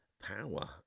power